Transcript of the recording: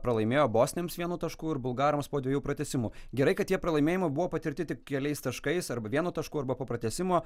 pralaimėjo bosniams vienu taškų ir bulgarams po dviejų pratęsimų gerai kad tie pralaimėjimai buvo patirti tik keliais taškais arba vienu tašku arba po pratęsimo